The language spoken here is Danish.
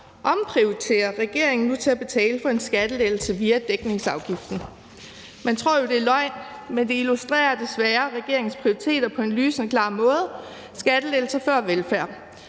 omprioriterer regeringen nu til at betale for en skattelettelse via dækningsafgiften. Man tror jo, det er løgn, men det illustrerer desværre regeringens prioriteter på en lysende klar måde: skattelettelser før velfærd.